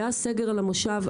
והיה סגר על המושב,